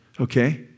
Okay